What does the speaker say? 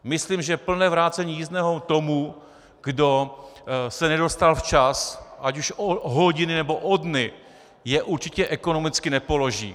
Myslím, že plné vrácení jízdného tomu, kdo se nedostal včas, ať už o hodiny, nebo o dny, je určitě ekonomicky nepoloží.